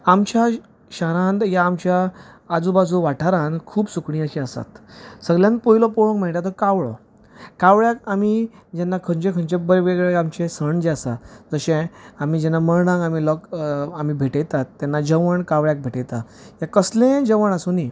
आमच्या शहरान वा आमच्या आजुबाजूच्या वाठारांत खूब सुकणीं अशी आसात सगल्यान पयलो पळोवंक मेळटा तो कावळो कावळ्याक जेन्ना आमी खंयचे वेग वेगळे सण जे आसा जशें आमी जेन्ना मरणांक आमी लोक आमी भेटयतात तेन्ना जेवण कावळ्याक भेटयता ते कसलेंय जेवण आसूंदी